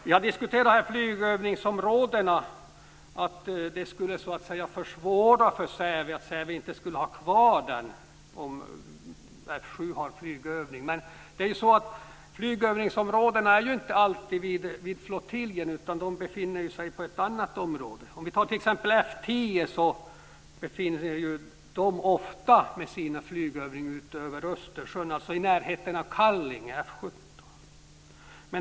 Vi har här diskuterat flygövningsområdena och att det skulle försvåra för Säve att inte ha kvar resurser om F 7 har flygövning. Men flygövningsområden är inte alltid vid flottiljen, utan de befinner sig i ett annat område. T.ex. F 10 befinner sig ofta med sina flygövningar över Östersjön, dvs. i närheten av Kallinge och F 17.